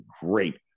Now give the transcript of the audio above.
great